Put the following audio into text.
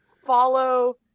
follow